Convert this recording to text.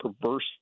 perverse